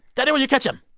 derry, will you catch him?